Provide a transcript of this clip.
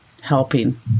helping